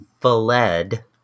fled